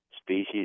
species